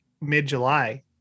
mid-july